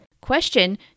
Question